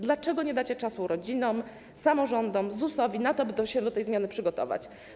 Dlaczego nie dacie czasu rodzinom, samorządom, ZUS-owi na to, by do tej zmiany się przygotować?